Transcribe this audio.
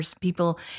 people